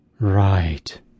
Right